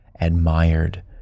admired